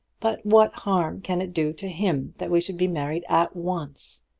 but what harm can it do to him that we should be married at once?